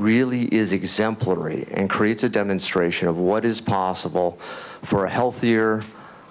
really is exemplary and creates a demonstration of what is possible for a healthier